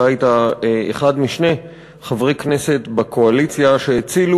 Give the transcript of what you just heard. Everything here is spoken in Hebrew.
אתה היית אחד משני חברי הכנסת בקואליציה שהצילו